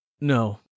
No